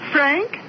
Frank